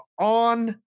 on